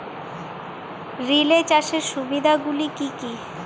Relay চাষের সুবিধা গুলি কি কি?